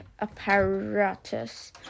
apparatus